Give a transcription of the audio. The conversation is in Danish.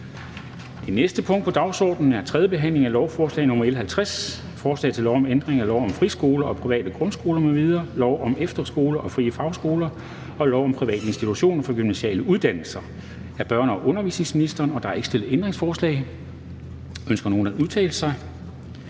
Det næste punkt på dagsordenen er: 6) 3. behandling af lovforslag nr. L 50: Forslag til lov om ændring af lov om friskoler og private grundskoler m.v., lov om efterskoler og frie fagskoler og lov om private institutioner for gymnasiale uddannelser. (Inddragelse af elever i forbindelse med udskrivning).